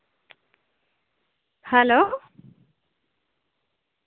hello